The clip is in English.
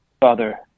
Father